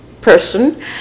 person